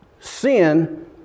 sin